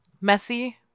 messy